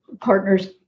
partners